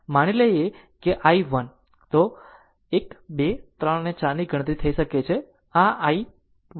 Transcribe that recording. માનીએ તો અહીં આઇ 1 જેમ જો 1 2 3 4 ગણતરી કરી શકે છે કે આ i1 2 છે